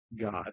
God